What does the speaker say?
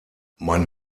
man